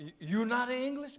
you not english